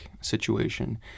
situation